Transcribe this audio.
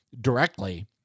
directly